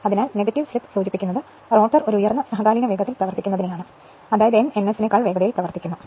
അതിനാൽ negative slip സൂചിപ്പിക്കുന്നത് rotor ഒരു ഉയർന്ന സഹകാലീന വേഗത്തിൽ പ്രവർത്തിക്കുന്നതിനെയാണ് അതായത് n ns നേക്കാൾ വേഗതയിൽ പ്രവർത്തിക്കുന്നു